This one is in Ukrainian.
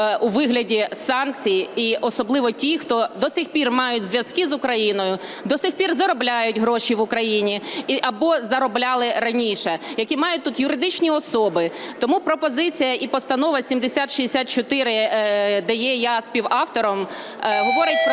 у вигляді санкцій. І особливо ті, хто до цих пір мають зв'язки з Україною, до цих пір заробляють гроші в Україні або заробляли раніше, які мають тут юридичні особи. Тому пропозиція і Постанова 7064, де є я співавтором, говорить про